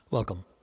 Welcome